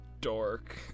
dork